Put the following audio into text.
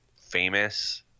famous